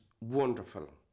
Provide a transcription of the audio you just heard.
wonderful